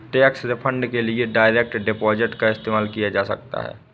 tax refund के लिए direct deposit का इस्तेमाल किया जा सकता हैं